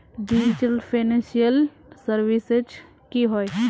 Digital financial services की होय?